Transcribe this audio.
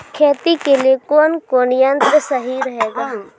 खेती के लिए कौन कौन संयंत्र सही रहेगा?